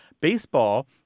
Baseball